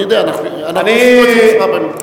אני יודע, עשינו את זה מספר פעמים.